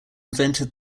invented